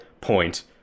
point